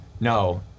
No